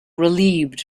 relieved